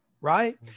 Right